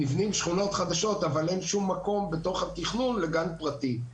נבנות שכונות חדשות אבל אין שום מקום בתוך התכנון לגן פרטי.